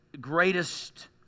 greatest